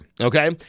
okay